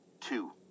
Two